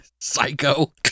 Psycho